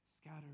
Scattered